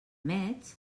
metz